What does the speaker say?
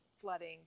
flooding